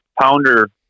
pounder